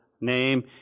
name